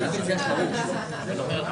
בסדר,